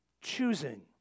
choosing